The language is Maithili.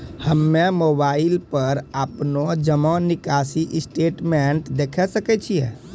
हम्मय मोबाइल पर अपनो जमा निकासी स्टेटमेंट देखय सकय छियै?